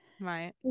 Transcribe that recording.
Right